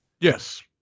Yes